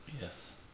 Yes